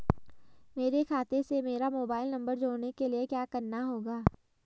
मेरे खाते से मेरा मोबाइल नम्बर जोड़ने के लिये क्या करना होगा?